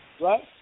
Right